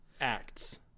acts